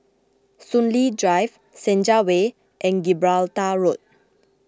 Soon Lee Drive Senja Way and Gibraltar Road